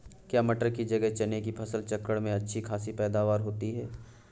क्या मटर की जगह चने की फसल चक्रण में अच्छी खासी पैदावार होती है?